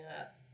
up